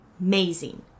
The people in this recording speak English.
amazing